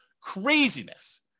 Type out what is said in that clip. Craziness